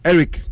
Eric